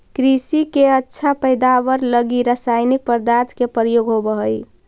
कृषि के अच्छा पैदावार लगी रसायनिक पदार्थ के प्रयोग होवऽ हई